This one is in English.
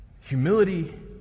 Humility